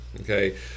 Okay